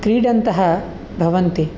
क्रीडन्तः भवन्ति